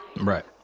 Right